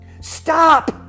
Stop